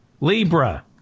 Libra